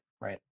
right